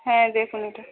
হ্যাঁ দেখুন এটা